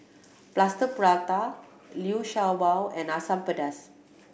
Plaster Prata Liu Sha Bao and Asam Pedas